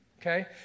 okay